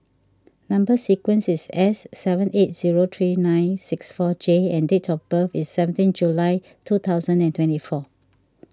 Number Sequence is S seven eight zero three nine six four J and date of birth is seventeen July two thousand and twenty four